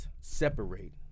separate